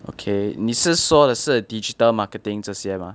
okay 你是说的是 digital marketing 这些 mah